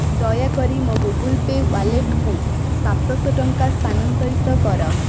ଦୟାକରି ମୋ Google Pay ୱାଲେଟକୁ ସାତଶହ ଟଙ୍କା ସ୍ଥାନାନ୍ତରିତ କର